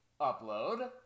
upload